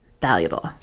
valuable